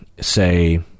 say